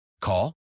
Call